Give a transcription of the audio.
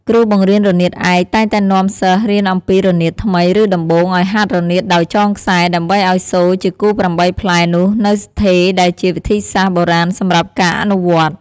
គ្រូបង្រៀនរនាតឯកតែងណែនាំសិស្សរៀនអំពីរនាតថ្មីឬដំបូងឲ្យហាត់រនាតដោយចងខ្សែ ដើម្បីឲ្យសូរជាគូ៨ផ្លែនោះនៅស្ថេរដែលជាវិធីសាស្ត្របុរាណសម្រាប់ការអនុវត្ត។